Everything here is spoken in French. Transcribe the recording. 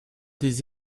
des